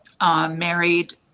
married